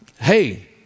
hey